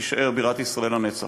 שתישאר בירת ישראל לנצח.